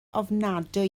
ofnadwy